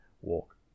walk